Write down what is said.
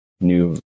new